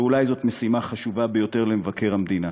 ואולי זאת משימה חשובה ביותר למבקר המדינה.